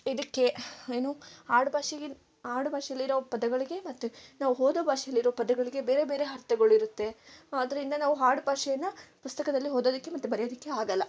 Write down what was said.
ಇದಕ್ಕೆ ಏನು ಆಡುಭಾಷೆಗೆ ಆಡುಭಾಷೆಯಲ್ಲಿರೋ ಪದಗಳಿಗೆ ಮತ್ತೆ ನಾವು ಓದೋ ಭಾಷೆಯಲ್ಲಿರೋ ಪದಗಳಿಗೆ ಬೇರೆ ಬೇರೆ ಅರ್ಥಗಳಿರುತ್ತೆ ಆದ್ದರಿಂದ ನಾವು ಆಡ್ಭಾಷೆಯನ್ನು ಪುಸ್ತಕದಲ್ಲಿ ಓದೋದಕ್ಕೆ ಮತ್ತೆ ಬರೆಯೋದಕ್ಕೆ ಆಗಲ್ಲ